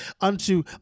unto